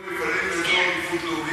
ייתנו למפעלים באזור עדיפות לאומית?